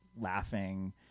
laughing